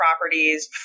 properties